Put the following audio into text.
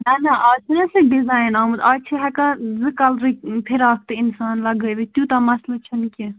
نَہ نَہ آز چھِنَہ سُہ ڈِزایِن آمُت آز چھِ ہٮ۪کان زٕ کَلرٕکۍ فِراک تہِ اِنسان لگٲوِتھ تیوٗتاہ مسلہٕ چھُنہٕ کیٚنٛہہ